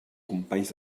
companys